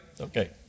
Okay